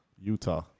Utah